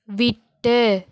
விட்டு